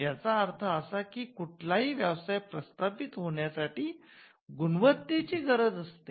याचा अर्थ असा की कुठलाही व्यवसाय प्रस्थापित होण्या साठी गुणवत्तेची गरज असते